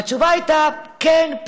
והתשובה הייתה: כן.